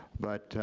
but